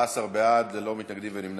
14 בעד, ללא מתנגדים ונמנעים.